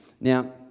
Now